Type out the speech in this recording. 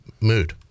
mood